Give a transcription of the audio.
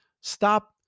stop